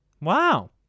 Wow